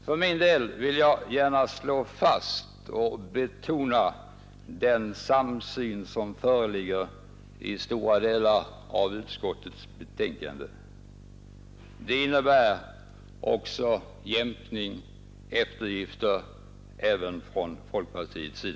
För min del vill jag gärna betona den samsyn som föreligger och som kommer till uttryck i stora delar av utskottets betänkande. Den har inneburit jämkningar och eftergifter också från folkpartiets sida.